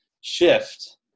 shift